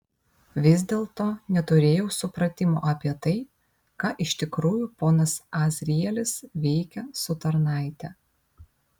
vis dėlto neturėjau supratimo apie tai ką iš tikrųjų ponas azrielis veikia su tarnaite